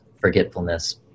forgetfulness